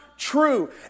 True